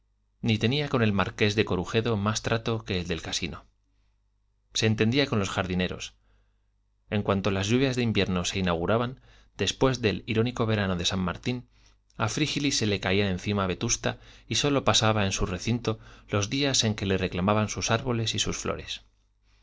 ni tenía con el marqués de corujedo más trato que el del casino se entendía con los jardineros en cuanto las lluvias de invierno se inauguraban después del irónico verano de san martín a frígilis se le caía encima vetusta y sólo pasaba en su recinto los días en que le reclamaban sus árboles y sus flores